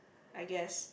I guess